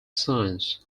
science